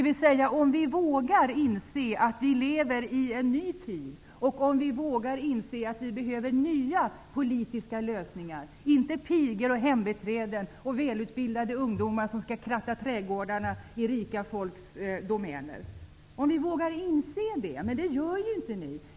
Vi måste våga inse att vi lever i en ny tid och att vi behöver nya politiska lösningar, inte satsningar på pigor och hembiträden på att låta välutbildade ungdomar kratta rika människors trädgårdar. Men ni vågar inte inse detta.